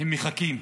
הם מחכים,